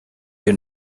you